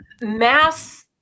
mass